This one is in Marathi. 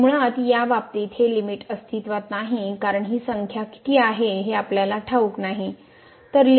तर मुळात या बाबतीत हे लिमिट अस्तित्वात नाही कारण ही संख्या किती आहे हे आपल्याला ठाऊक नाही